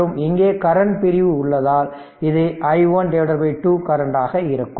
மற்றும் இங்கே கரண்ட் பிரிவு உள்ளதால் இது i1 by 2 கரண்ட் ஆக இருக்கும்